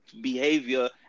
behavior